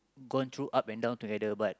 gone through up and down together but